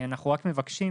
אנחנו רק מבקשים,